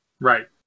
Right